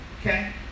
Okay